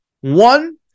One